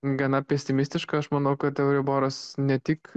gana pesimistiška aš manau kad euriboras ne tik